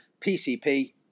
PCP